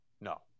No